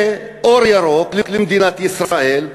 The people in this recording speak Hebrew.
ואור ירוק למדינת ישראל,